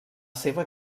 seva